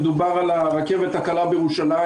מדובר על הרכבת הקלה בירושלים,